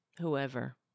whoever